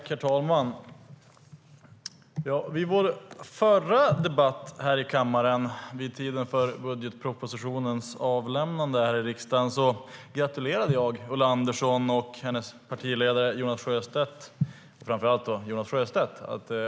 Herr talman! Vid vår förra debatt i kammaren vid tiden för budgetpropositionens avlämnande i riksdagen gratulerade jag Ulla Andersson och framför allt hennes partiledare Jonas Sjöstedt.